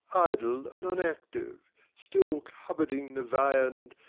idle and unactive, still cupboarding the viand,